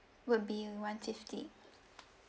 would be um one fifty